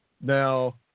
Now